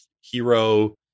hero